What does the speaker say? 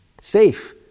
safe